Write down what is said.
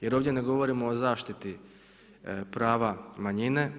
Jer ovdje ne govorimo o zaštiti prava manjine.